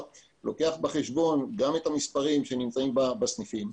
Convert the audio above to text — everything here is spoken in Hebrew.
בחשבון גם את המספרים שנמצאים בסניפים.